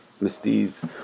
misdeeds